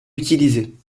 utilisé